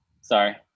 Sorry